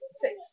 six